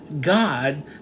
God